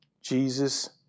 Jesus